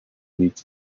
needs